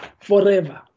forever